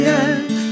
end